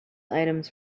items